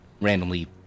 randomly